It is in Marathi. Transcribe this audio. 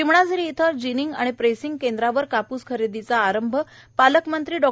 चिमणाझरी येथी जिनिंग एन्ड प्रेसिंग केंद्रावर कापूस खरेदीचा शुभारंभ पालकमंत्री डॉ